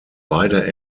beide